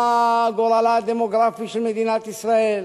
מה גורלה הדמוגרפי של מדינת ישראל,